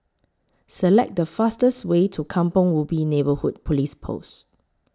Select The fastest Way to Kampong Ubi Neighbourhood Police Post